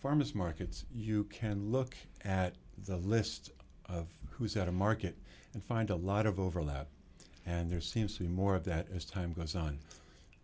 farmers markets you can look at the list of who's at a market and find a lot of overlap and there seems to be more of that as time goes on